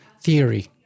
theory